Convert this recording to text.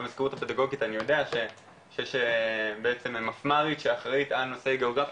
במזכירות הפדגוגית אני יודע שיש מפמ"רית אחראית על נושא גיאוגרפיה,